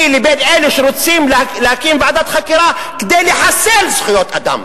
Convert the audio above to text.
יש הבדל ביני לבין אלה שרוצים ועדת חקירה כדי לחסל זכויות אדם.